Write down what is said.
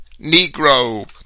negro